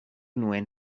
nuen